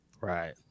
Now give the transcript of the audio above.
right